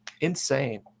insane